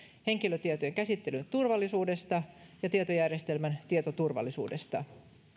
henkilötietojen käsittelyn turvallisuudesta ja tietojärjestelmän tietoturvallisuudesta